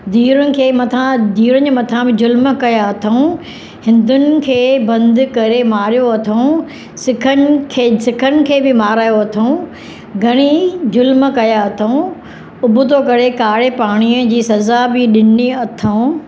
धीअरुनि खे मथां धीअरुनि जे मथां बि ज़ुल्म कया अथऊं हिंदुनि खे बंदि करे मारियो अथऊं सिखनि खे सिखनि खे बि मारायो अथऊं घणी ज़ुल्म कया अथऊं उॿिथो करे कारे पाणीअ जी सॼा बि ॾिनी अथऊं